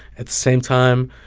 at the same time,